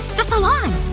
the salon